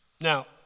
Now